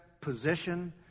position